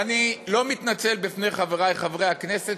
ואני לא מתנצל בפני חברי חברי הכנסת